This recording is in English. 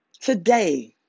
today